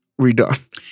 redone